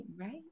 right